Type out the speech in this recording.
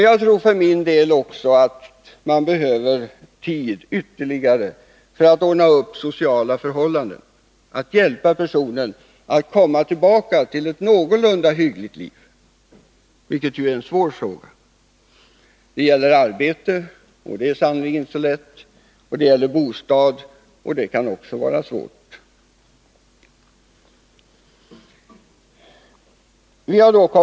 Jag tror för min del att man behöver ytterligare tid, för att ordna upp sociala förhållanden och hjälpa personen att komma tillbaka till ett någorlunda hyggligt liv. Detta är en svår sak. Det gäller att skaffa arbete och bostad, och det är sannerligen inte så lätt.